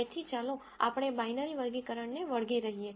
તેથી ચાલો આપણે બાઈનરી વર્ગીકરણ ને વળગી રહીએ